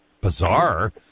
bizarre